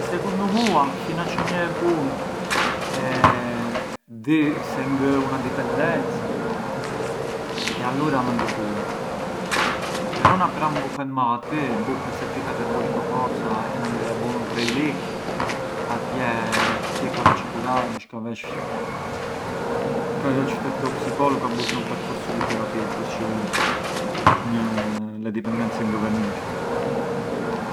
Secundu mua fina çë një e bun e di se ngë ë una dipendenza e alura mënd e bunj però na pran buhet mallati, e buhet se ti ka të e bush pë forza e na ngë e bun rri lik, atje… atje ka vesh e kuraresh, ka vesh te u psicologu e te un percorso di terapia, përçë le dipendenze ngë bujën mirë.